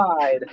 side